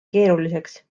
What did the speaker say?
keeruliseks